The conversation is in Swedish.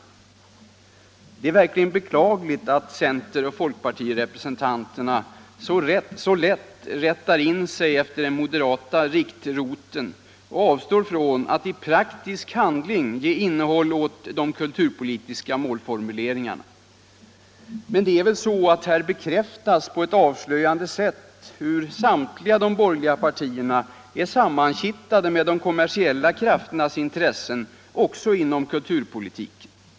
Det är verkligen beklagligt att centeroch folkpartirepresentanter så lätt rättar in sig efter den moderata riktroten och avstår från att i praktisk handling ge innehåll åt de kulturpolitiska målformuleringarna. Men här bekräftas på ett avslöjande sätt hur samtliga de borgerliga partierna är sammankittade med de kommersiella krafternas intressen också inom kulturpolitiken.